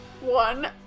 one